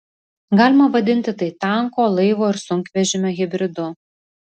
galima vadinti tai tanko laivo ir sunkvežimio hibridu